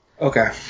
okay